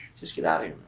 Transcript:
just get outta here,